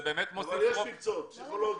יש מקצועות כמו פסיכולוגיה,